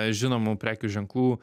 žinomų prekių ženklų